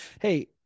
Hey